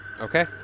Okay